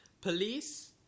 police